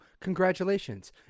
congratulations